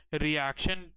Reaction